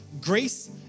Grace